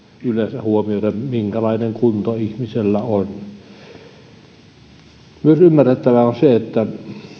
yleensä huomioidaan minkälainen kunto ihmisellä on myös ymmärrettävää on se että